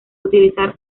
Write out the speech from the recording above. utilizar